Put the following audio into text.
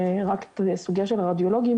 לצערי מאז עברה שנה וזה לא התקדם,